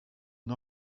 and